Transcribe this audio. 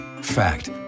Fact